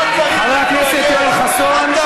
חבר הכנסת יואל חסון,